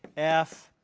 f,